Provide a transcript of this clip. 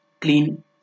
clean